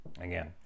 again